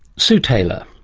sue taylor.